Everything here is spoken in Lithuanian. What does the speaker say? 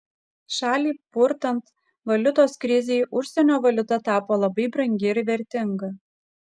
šalį purtant valiutos krizei užsienio valiuta tapo labai brangi ir vertinga